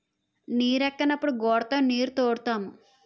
నీరెక్కనప్పుడు గూడతో నీరుతోడుతాము